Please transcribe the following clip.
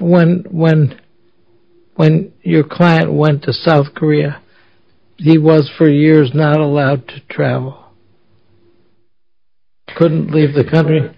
one when when your client went to south korea he was for years not allowed to travel couldn't leave the country